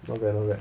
not bad not bad